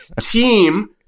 team